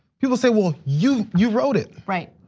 people say, well, you you wrote it. right.